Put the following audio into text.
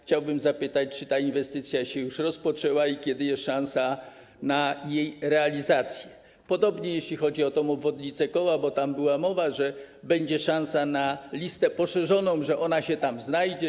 Chciałbym zapytać, czy ta inwestycja już się rozpoczęła i kiedy jest szansa na jej realizację, podobnie jeśli chodzi o tę obwodnicę Koła, bo tam była mowa, że będzie szansa na listę poszerzoną i że ona się tam znajdzie.